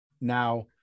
Now